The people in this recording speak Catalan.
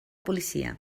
policia